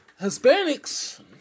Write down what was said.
Hispanics